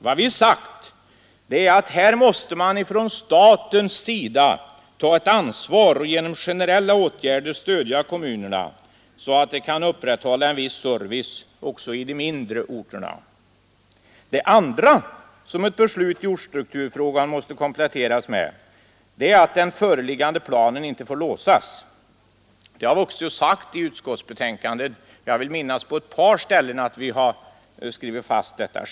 Vad vi sagt är att man här från statens sida måste ta ett ansvar och genom generella åtgärder stödja kommunerna så att dessa kan upprätthålla en viss service också i de mindre orterna. Det andra som ett beslut i ortsstrukturfrågan måste kompletteras med är att den föreliggande planen inte får låsas. Det har vi också sagt i utskottsbetänkandet — jag vill minnas att vi på ett par ställen skrivit fast detta.